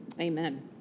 Amen